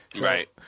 Right